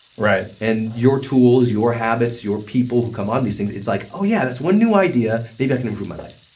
and your tools, your habits, your people who come on these things it's like, oh yeah, that's one new idea. maybe i can improve my life